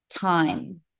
time